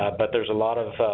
but there's a lot of